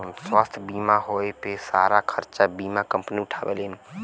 स्वास्थ्य बीमा होए पे सारा खरचा बीमा कम्पनी उठावेलीन